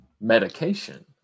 Medication